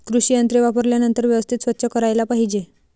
कृषी यंत्रे वापरल्यानंतर व्यवस्थित स्वच्छ करायला पाहिजे